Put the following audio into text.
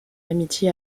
amitié